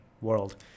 world